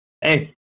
Hey